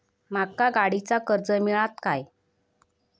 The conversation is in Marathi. माका गाडीचा कर्ज मिळात काय?